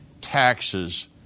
taxes